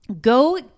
Go